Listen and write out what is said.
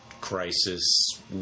crisis